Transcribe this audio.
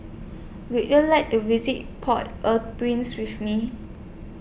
Would YOU like to visit Port Au Prince with Me